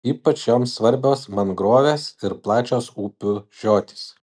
ypač joms svarbios mangrovės ir plačios upių žiotys